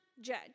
judge